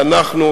שאנחנו,